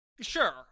Sure